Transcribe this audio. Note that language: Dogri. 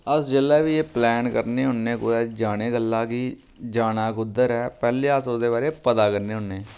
अस जेल्लै बी एह् प्लैन करने होन्ने कुतै जाने गल्ला कि जाना कुद्धर ऐ पैह्ले अस ओह्दे बारै पता करने होन्ने